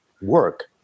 work